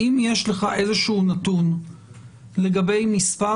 האם יש לך איזה שהוא נתון לגבי מספר